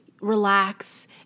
relax